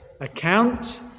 account